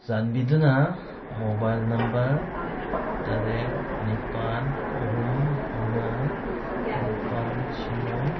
ꯆꯥꯟꯕꯤꯗꯨꯅ mobile number ꯇꯔꯦꯠ ꯅꯤꯄꯥꯟ ꯑꯍꯨꯝ ꯃꯉꯥ ꯅꯤꯄꯥꯟ ꯁꯤꯅꯣ